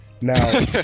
Now